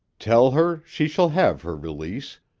tell her she shall have her release,